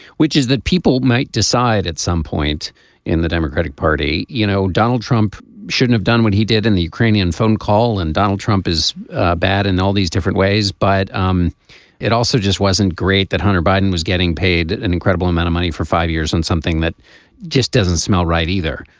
which is that people might decide at some point in the democratic party. you know donald trump shouldn't have done what he did in the ukrainian phone call and donald trump is bad in all these different ways. but um it also just wasn't great that hunter biden was getting paid an incredible amount of money for five years and something that just doesn't smell right either.